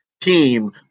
team